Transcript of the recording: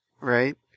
right